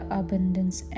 abundance